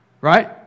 right